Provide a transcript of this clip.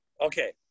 okay